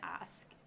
ask